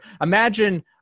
imagine